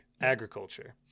Agriculture